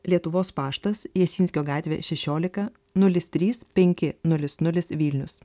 lietuvos paštas jasinskio gatvė šėšiolika nulis trys penki nulis nulis vilnius